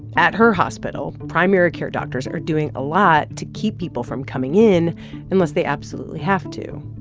at her hospital, primary care doctors are doing a lot to keep people from coming in unless they absolutely have to.